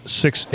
six